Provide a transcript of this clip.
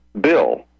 bill